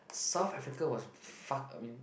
South Africa was fuck I mean